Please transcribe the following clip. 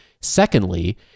Secondly